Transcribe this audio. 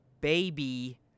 Baby